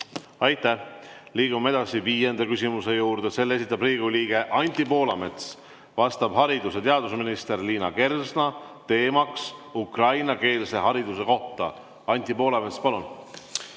palun! Liigume edasi viienda küsimuse juurde. Selle esitab Riigikogu liige Anti Poolamets, vastab haridus- ja teadusminister Liina Kersna, teema on ukrainakeelne haridus. Anti Poolamets, palun!